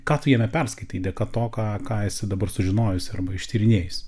ką tu jame perskaitai dėka to ką ką esi dabar sužinojus arba ištyrinėjus